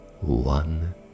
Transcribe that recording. One